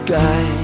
Sky